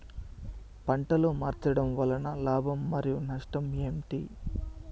పంటలు మార్చడం వలన లాభం మరియు నష్టం ఏంటి